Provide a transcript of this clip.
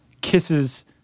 kisses